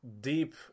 deep